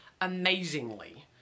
amazingly